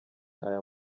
aya